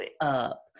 up